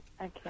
Okay